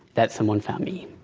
that someone found me.